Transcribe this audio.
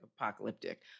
apocalyptic